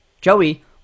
Joey